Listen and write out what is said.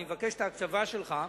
אני מבקש את ההקשבה שלך.